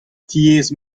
tiez